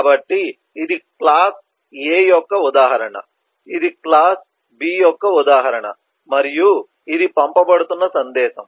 కాబట్టి ఇది class A యొక్క ఉదాహరణ ఇది క్లాస్ B యొక్క ఉదాహరణ మరియు ఇది పంపబడుతున్న సందేశం